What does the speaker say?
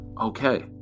okay